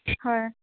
হয়